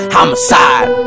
Homicide